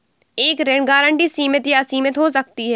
एक ऋण गारंटी सीमित या असीमित हो सकती है